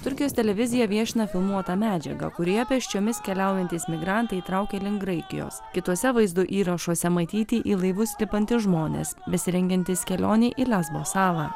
turkijos televizija viešina filmuotą medžiagą kurioje pėsčiomis keliaujantys migrantai traukia link graikijos kituose vaizdo įrašuose matyti į laivus lipantys žmonės besirengiantys kelionei į lesbo salą